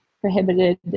prohibited